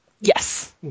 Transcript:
Yes